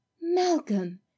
Malcolm